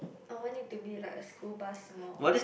I want it to be like a school bus small